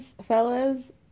fellas